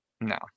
No